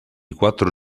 quattro